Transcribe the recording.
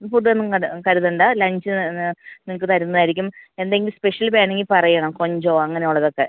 food ഒന്നും അത് കരുതേണ്ട ലഞ്ച് നിങ്ങൾക്ക് തരുന്നതായിരിക്കും എന്തെങ്കിലും സ്പെഷ്യൽ വേണമെങ്കിൽ പറയണം കൊഞ്ചോ അങ്ങനെയുള്ളതൊക്കെ